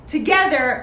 Together